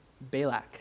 Balak